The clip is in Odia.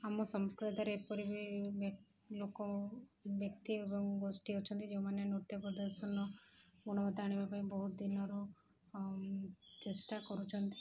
ଆମ ସମ୍ପ୍ରଦାୟରେ ଏପରି ବି ଲୋକ ବ୍ୟକ୍ତି ଏବଂ ଗୋଷ୍ଠୀ ଅଛନ୍ତି ଯେଉଁମାନେ ନୃତ୍ୟ ପ୍ରଦର୍ଶନରେ ଗୁଣବତ୍ତା ଆଣିବା ପାଇଁ ବହୁତ ଦିନରୁ ଚେଷ୍ଟା କରୁଛନ୍ତି